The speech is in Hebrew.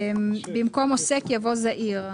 במקום "המנהל"